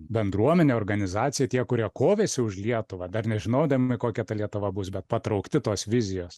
bendruomenė organizacija tie kurie kovėsi už lietuvą dar nežinodami kokia ta lietuva bus bet patraukti tos vizijos